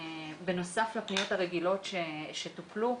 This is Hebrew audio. בנוסף לפניות הרגילות שטופלו,